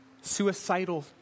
suicidal